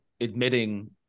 admitting